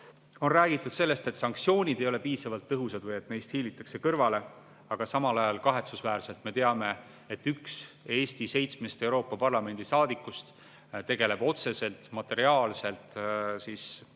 On räägitud sellest, et sanktsioonid ei ole piisavalt tõhusad või et neist hiilitakse kõrvale. Aga samal ajal kahetsusväärselt me teame, et üks Eesti seitsmest Euroopa Parlamendi saadikust tegeleb otseselt materiaalselt Kremli